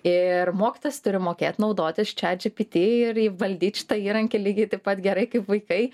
ir mokytojas turi mokėt naudotis chatgpt ir įvaldyt šitą įrankį lygiai taip pat gerai kaip vaikai